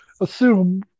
assume